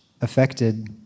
affected